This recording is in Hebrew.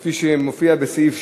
כפי שמופיע בסעיף 6,